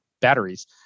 batteries